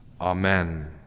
Amen